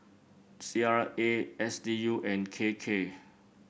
C R A S D U and K K